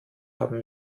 haben